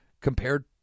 compared